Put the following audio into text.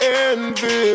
envy